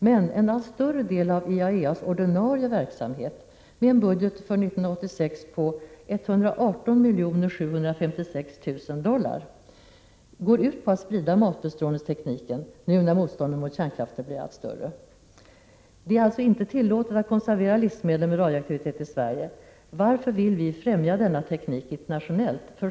Men en allt större del av IAEA:s ordinarie verksamhet, med en budget för 1986 på 118 756 000 dollar, går ut på att sprida matbestrålningstekniken, nu när motståndet mot kärnkraft blir allt större. Det är inte tillåtet att konservera livsmedel med radioaktivitet i Sverige. Varför vill vi fträmja denna teknik internationellt?